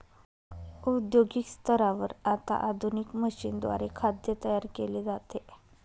औद्योगिक स्तरावर आता आधुनिक मशीनद्वारे खाद्य तयार केले जाते